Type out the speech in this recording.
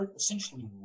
essentially